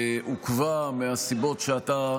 ועוכבה מהסיבות שאתה,